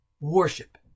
worship